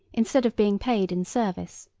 instead of being paid in service.